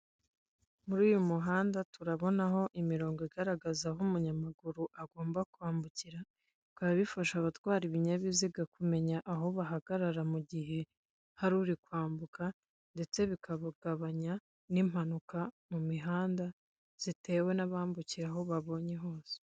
Muri uyu muhanda turabonaho imirongo igaragaza aho umunyamaguru agomba kwambukira, bikaba bifasha abatwara ibinyabiziga kumenya aho bahagarara mu gihe hari uri kwambuka ,ndetse bikagabanya n'impanuka mu mihanda zitewe n'abambukira aho babonye hose.